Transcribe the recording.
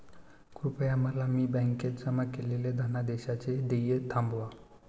कृपया काल मी बँकेत जमा केलेल्या धनादेशाचे देय थांबवा